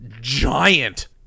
giant